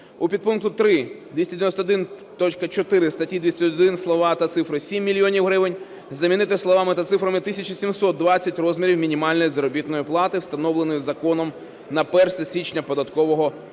У підпункті 3 291.4 статті 291 слова та цифри "7 мільйонів гривень" замінити словами та цифрами "1720 розмірів мінімальної заробітної плати, встановленої законом на 1 січня податкового року".